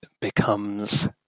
becomes